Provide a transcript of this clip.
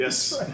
Yes